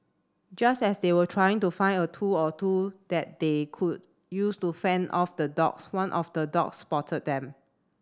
just as they were trying to find a tool or two that they could use to fend off the dogs one of the dogs spotted them